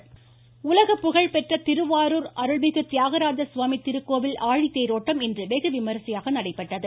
கோவில் வாய்ஸ் உலகப்புகழ்பெற்ற திருவாரூர் அருள்மிகு தியாகராஜ சுவாமி திருக்கோவில் ஆழித்தேரோட்டம் இன்று வெகுவிமர்சையாக நடைபெற்றது